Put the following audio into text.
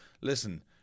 listen